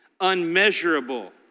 unmeasurable